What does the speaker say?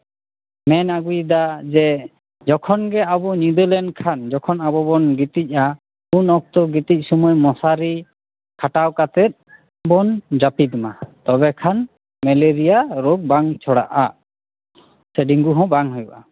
ᱢᱮᱱ ᱟᱹᱜᱩᱭᱮᱫᱟ ᱡᱮ ᱡᱚᱠᱷᱚᱱ ᱜᱮ ᱟᱵᱚ ᱧᱤᱫᱟᱹᱞᱮᱱᱠᱷᱟᱱ ᱡᱚᱠᱷᱚᱱ ᱟᱵᱚ ᱵᱚᱱ ᱜᱤᱛᱤᱡᱼᱟ ᱩᱱ ᱚᱠᱛᱚ ᱜᱤᱛᱤᱡ ᱥᱚᱢᱚᱭ ᱢᱚᱥᱟᱨᱤ ᱠᱷᱟᱴᱟᱣ ᱠᱟᱛᱮ ᱵᱚᱱ ᱡᱟᱹᱯᱤᱫᱽ ᱢᱟ ᱛᱚᱵᱮ ᱠᱷᱟᱱ ᱢᱮᱞᱮᱨᱤᱭᱟ ᱨᱳᱜᱽ ᱵᱟᱝ ᱪᱷᱚᱲᱟᱜᱼᱟ ᱥᱮ ᱰᱮᱝᱜᱩ ᱦᱚᱸ ᱵᱟᱝ ᱦᱩᱭᱩᱜᱼᱟ